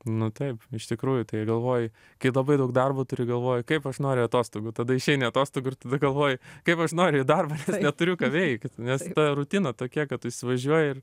nu taip iš tikrųjų tai galvoji kai labai daug darbo turi galvoji kaip aš noriu atostogų tada išeini atostogų ir galvoji kaip aš noriu į darbą neturiu ką veikt nes ta rutina tokia kad tu įsivažiuoji ir